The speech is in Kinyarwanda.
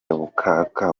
butaka